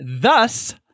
Thus